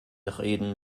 reden